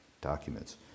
documents